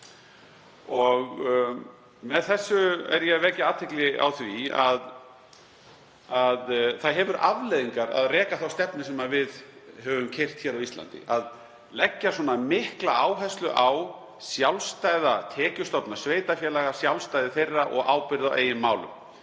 Með þessu er ég að vekja athygli á því að það hefur afleiðingar að reka þá stefnu sem við höfum keyrt á Íslandi, að leggja svona mikla áherslu á sjálfstæða tekjustofna sveitarfélaga, sjálfstæði þeirra og ábyrgð á eigin málum.